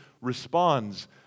responds